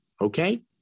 okay